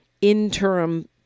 interim